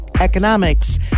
economics